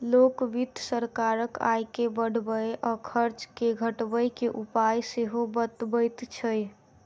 लोक वित्त सरकारक आय के बढ़बय आ खर्च के घटबय के उपाय सेहो बतबैत छै